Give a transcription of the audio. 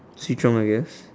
See-Chong I guess